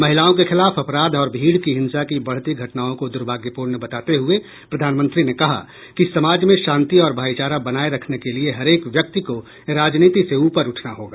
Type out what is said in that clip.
महिलाओँ के खिलाफ अपराध और भीड़ की हिंसा की बढ़ती घटनाओं को दुर्भाग्यपूर्ण बताते हुए प्रधानमंत्री ने कहा कि समाज में शांति और भाईचारा बनाए रखने के लिए हरेक व्यक्ति को राजनीति से ऊपर उठना होगा